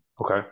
okay